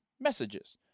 messages